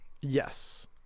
Yes